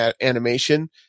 animation